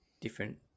different